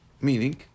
Meaning